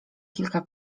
kilka